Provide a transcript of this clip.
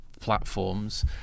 platforms